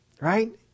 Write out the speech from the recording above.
Right